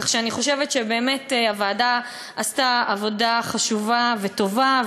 כך שאני חושבת שבאמת הוועדה עשתה עבודה חשובה וטובה.